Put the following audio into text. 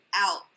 out